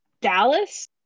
Dallas